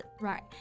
Right